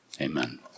amen